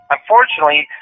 Unfortunately